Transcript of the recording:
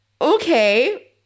okay